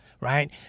Right